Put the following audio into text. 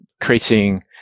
creating